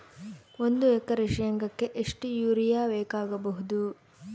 ಒಂದು ಎಕರೆ ಶೆಂಗಕ್ಕೆ ಎಷ್ಟು ಯೂರಿಯಾ ಬೇಕಾಗಬಹುದು?